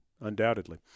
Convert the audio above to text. undoubtedly